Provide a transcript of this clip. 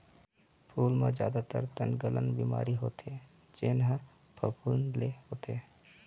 फूल म जादातर तनगलन बिमारी होथे जेन ह फफूंद ले होथे